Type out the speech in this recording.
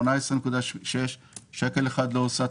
מתוך 18.6 מיליון שקל אף שקל לא הוסט